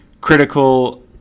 critical